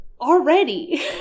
already